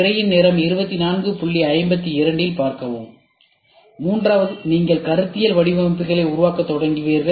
திரையின் நேரம் 2452 இல் பார்க்கவும் மூன்றாவது நீங்கள் கருத்தியல் வடிவமைப்புகளை உருவாக்கத் தொடங்குவீர்கள்